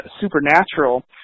Supernatural